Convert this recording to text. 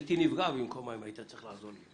הייתי נפגע במקומה אם היית צריך לעזור לי.